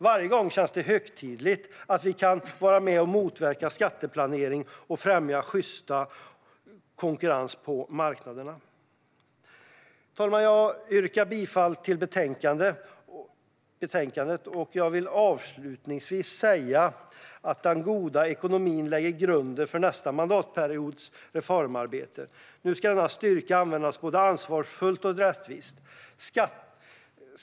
Varje gång känns det högtidligt att vi kan vara med och motverka skatteplanering och främja sjyst konkurrens på marknaderna. Fru talman! Jag yrkar bifall till utskottets förslag och vill avslutningsvis säga att den goda ekonomin lägger grunden för nästa mandatperiods reformarbete. Nu ska denna styrka användas både ansvarsfullt och rättvist.